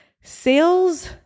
Sales